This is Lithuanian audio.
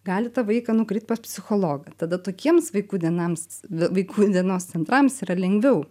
gali tą vaiką nukreipt pas psichologą tada tokiems vaikų dienams vaikų dienos centrams yra lengviau